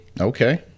Okay